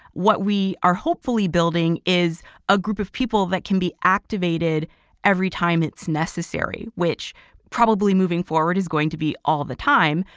what we are hopefully building is a group of people that can be activated every time it's necessary, which probably moving forward is going to be all the time.